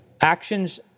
Actions